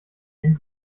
ihren